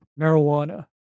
marijuana